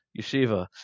yeshiva